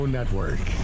Network